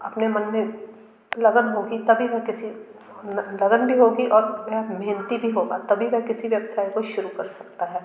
अपने मन मे लगन होगी तभी वो किसी लगन भी होगी और वह महनती भी होगा तभी वह किसी व्यवसाय को शुरू कर सकता है